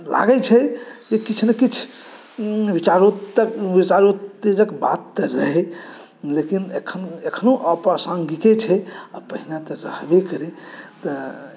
लागैत छै जे किछु ने किछु विचारोत्तेजक बात रहै लेकिन एखनो अप्रासङ्गिके छै आ पहिने तऽ रहबे करै तऽ